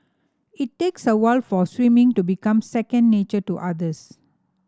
it takes a while for swimming to become second nature to otters